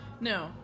No